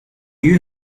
you